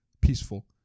peaceful